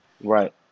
Right